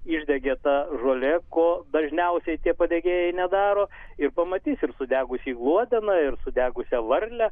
išdegė ta žolė ko dažniausiai tie padegėjai nedaro ir pamatys ir sudegusį gluodeną ir sudegusią varlę